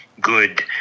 good